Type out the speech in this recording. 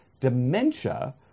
dementia